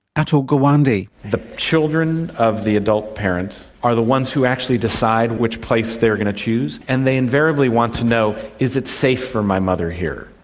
atul gawande. the children of the adult parents are the ones who actually decide which place they are going to choose, and they invariably want to know is it safe for my mother here?